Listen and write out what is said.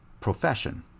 profession